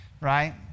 right